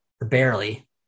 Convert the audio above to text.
Barely